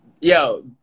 Yo